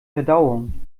verdauung